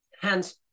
hence